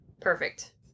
Perfect